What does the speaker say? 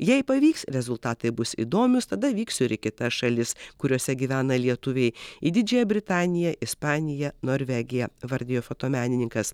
jei pavyks rezultatai bus įdomiūs tada vyksiu ir į kitas šalis kuriose gyvena lietuviai į didžiąją britaniją ispaniją norvegiją vardijo fotomenininkas